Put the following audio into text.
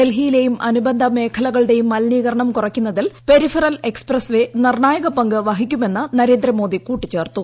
ഡൽഹിയിലെയും മേഖലകളുടെയും അനുബന്ധ മലിനീകരണം കുറയ്ക്കുന്നതിൽ പെരിഫറൽ എക്സ്പ്രസ്സ്വേ നിർണ്ണായക പങ്ക് വഹിക്കുമെന്ന് നരേന്ദ്രമോദി കൂട്ടിച്ചേർത്തു